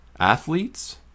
Athletes